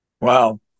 Wow